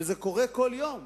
וזה קורה כל יום.